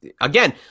again